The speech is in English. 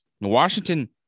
Washington